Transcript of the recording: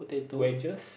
wedges